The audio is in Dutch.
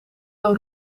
een